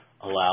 allow